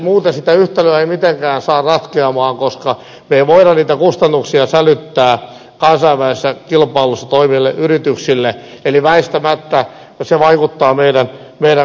muuten sitä yhtälöä ei mitenkään saa ratkeamaan koska me emme voi niitä kustannuksia sälyttää kansainvälisessä kilpailussa toimiville yrityksille eli väistämättä se vaikuttaa meidän kulutustasoomme